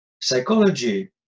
Psychology